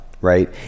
right